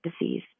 disease